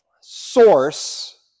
source